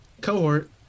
cohort